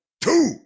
two